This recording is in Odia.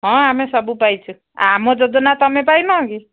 ହଁ ଆମେ ସବୁ ପାଇଛୁ ଆମ ଯୋଜନା ତୁମେ ପାଇନ କି